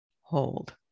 hold